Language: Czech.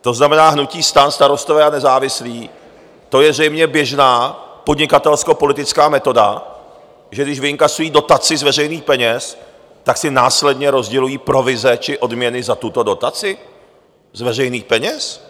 To znamená hnutí STAN, Starostové a nezávislí je to zřejmě běžná podnikatelskopolitická metoda, že když vyinkasují dotaci z veřejných peněz, tak si následně rozdělují provize či odměny za tuto dotaci z veřejných peněz.